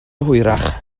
hwyrach